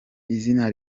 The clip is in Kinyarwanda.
izina